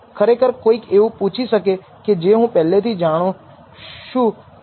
ખરેખર કોઈક એવું પૂછી શકે કે જે હું પહેલેથી જાણો શું કે જો x 0 છે અથવા y 0 છે